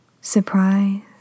surprise